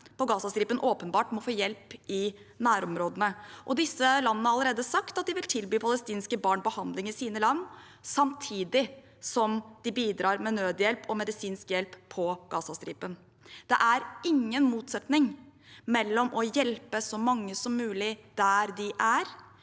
på Gazastripen åpenbart må få hjelp i nærområdene, og disse landene har allerede sagt at de vil tilby palestinske barn behandling i sine land, samtidig som de bidrar med nødhjelp og medisinsk hjelp på Gazastripen. Det er ingen motsetning mellom å hjelpe så mange som mulig der de er,